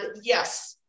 yes